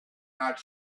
not